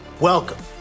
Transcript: Welcome